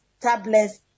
tablets